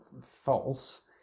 false